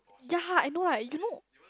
ya I know right you know